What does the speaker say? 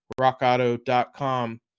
rockauto.com